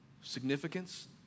significance